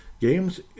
games